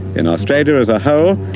in australia as a whole,